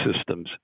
systems